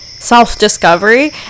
self-discovery